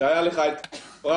שהיה לך את פראליה,